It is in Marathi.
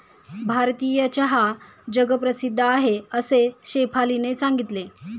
भारतीय चहा जगप्रसिद्ध आहे असे शेफालीने सांगितले